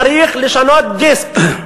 צריך לשנות דיסק.